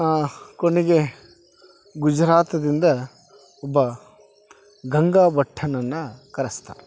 ಕೊನೆಗೆ ಗುಜರಾತದಿಂದ ಒಬ್ಬ ಗಂಗಾ ಬಟ್ಟನನ್ನ ಕರೆಸ್ತಾರೆ